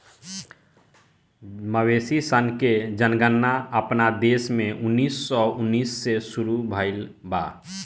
मवेशी सन के जनगणना अपना देश में उन्नीस सौ उन्नीस से शुरू भईल बा